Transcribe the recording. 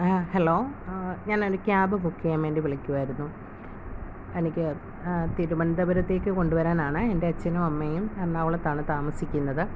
ആ ഹലോ ഞാനൊരു cab book ചെയ്യാൻവേണ്ടി വിളിക്കുവായിരുന്നു എനിക്ക് തിരുവനന്തപുരത്തേക്ക് കൊണ്ടുവരാനാണെ എൻ്റെ അച്ഛനും അമ്മയും എറണാകുളത്താണ് താമസിക്കുന്നത്